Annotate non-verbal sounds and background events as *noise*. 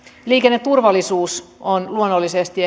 liikenneturvallisuus on luonnollisesti *unintelligible*